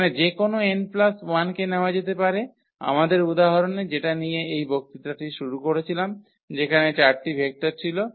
এখানে যেকোনো n1 কে নেওয়া যেতে পারে আমাদের উদাহরণে যেটা দিয়ে এই বক্তৃতাটি শুরু করেছিলাম সেখানে 4 টি ভেক্টর ছিল